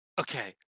Okay